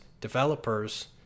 developers